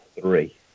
three